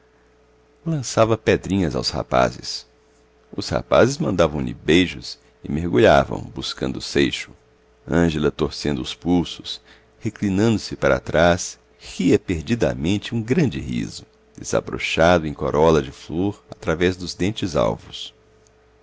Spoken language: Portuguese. lançava pedrinhas aos rapazes os rapazes mandavam lhe beijos e mergulhavam buscando o seixo ângela torcendo os pulsos reclinando se para trás ria perdidamente um grande riso desabrochado em carola de flor através dos dentes alvos